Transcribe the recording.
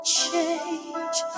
change